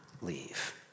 leave